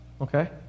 Okay